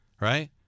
right